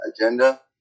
agenda